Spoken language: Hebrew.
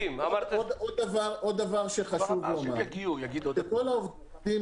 לפי היקף הבקשות להקצאת חלון כאמור שהוגשו לאותו שבוע,